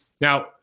Now